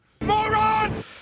Moron